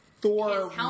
Thor